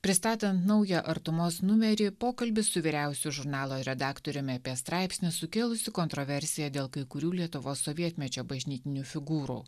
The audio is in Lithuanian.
pristatant naują artumos numerį pokalbis su vyriausiu žurnalo redaktoriumi apie straipsnius sukėlusių kontroversiją dėl kai kurių lietuvos sovietmečio bažnytinių figūrų